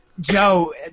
Joe